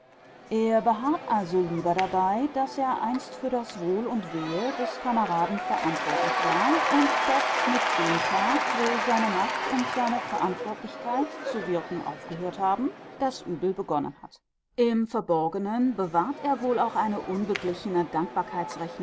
er beharrt also lieber dabei daß er einst für das wohl und wehe des kameraden verantwortlich war und daß mit dem tag wo seine macht und seine verantwortlichkeit zu wirken aufgehört haben das übel begonnen hat im verborgenen bewahrt er wohl auch eine